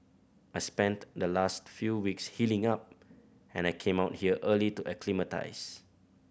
I spent the last few weeks healing up and I came out here early to acclimatise